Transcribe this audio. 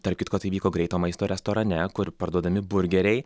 tarp kitko tai vyko greito maisto restorane kur parduodami burgeriai